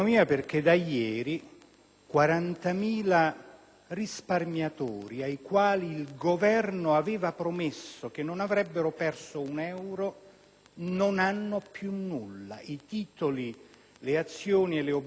risparmiatori, ai quali il Governo aveva promesso che non avrebbero perso un euro, non hanno più nulla: i titoli, le azioni e le obbligazioni Alitalia sono diventati carta straccia.